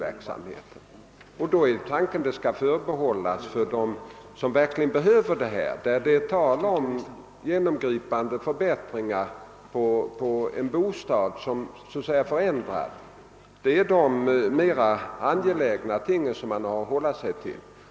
Tanken är då att dessa bostadslån skall förbehållas dem som verkligen behöver sådana lån för genomgripande förbättringar på en bostad. Det är de mera angelägna tingen man har att hålla sig till.